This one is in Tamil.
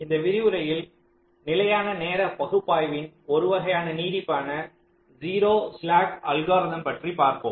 இந்த விரிவுரையில் நிலையான நேர பகுப்பாய்வின் ஒரு வகையான நீட்டிப்பான 0 ஸ்லாக் அல்காரிதம் பற்றி பார்ப்போம்